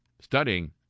studying